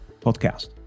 podcast